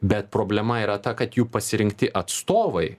bet problema yra ta kad jų pasirinkti atstovai